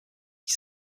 qui